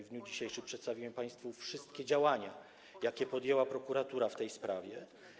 W dniu dzisiejszym przedstawiłem państwu wszystkie działania, jakie podjęła prokuratura w tej sprawie.